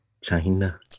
China